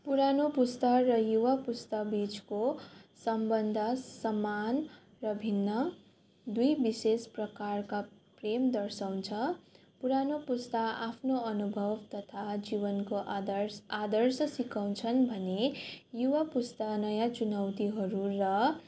पुरानो पुस्ता र युवा पुस्ता बिचको सम्बन्ध समान र भिन्न दुई विशेष प्रकारका प्रेम दर्शाउँछ पुरानो पुस्ता आफ्नो अनुभव तथा जीवनको आदर्श आदर्श सिकाउँछन् भने युवा पुस्ता नयाँ चुनौतीहरू र